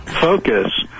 focus